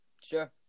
Sure